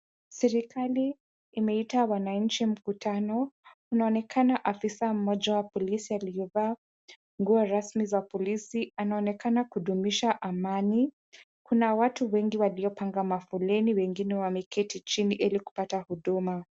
Serikali imeita wananchi mkutano, unaonekana afisa mmoja wa polisi aliyevaa nguo rasmi za polisi anaonekana kudumisha amani. Kuna watu wengi waliopanga mafoleni, wengine wameketi chini ili kupata huduma.